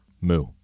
Moo